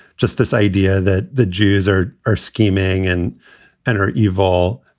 just this idea that the jews are are scheming and and are evil.